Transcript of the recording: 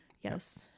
Yes